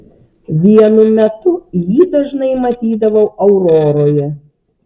vienu metu jį dažnai matydavau auroroje